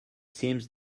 seems